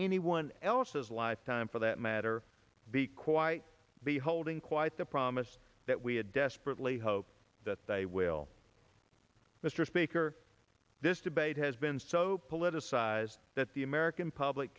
anyone else's lifetime for that matter be quite be holding quite the promise that we have desperately hope that they will mr speaker this debate has been so politicized that the american public